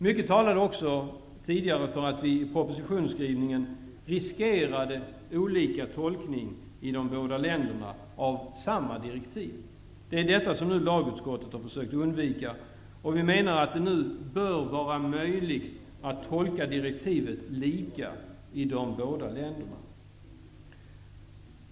Mycket talade också tidigare för att vi i propositionsskrivningen riskerade olika tolkning av samma direktiv i de olika länderna. Det har lagutskottet försökt undvika. Vi menar att det nu bör vara möjligt att tolka direktivet på samma sätt i de båda länderna.